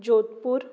Jodhpur